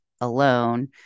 alone